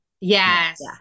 yes